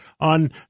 On